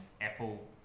Apple